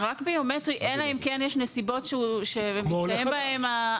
רק ביומטרי אלא אם כן יש נסיבות שמתקיימים בהן